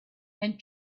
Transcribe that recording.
and